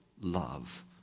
love